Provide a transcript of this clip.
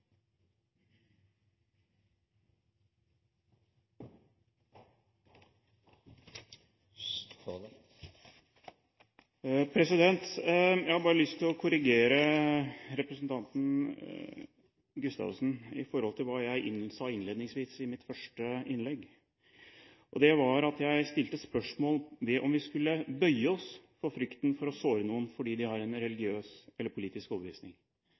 Gustavsen med hensyn til hva jeg sa innledningsvis i mitt første innlegg. Det var at jeg stilte spørsmål ved om vi skulle bøye oss for frykten for å såre noen fordi de har en religiøs eller politisk overbevisning.